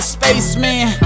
spaceman